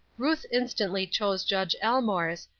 ruth instantly chose judge elmore's,